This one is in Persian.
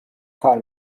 کار